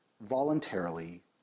Voluntarily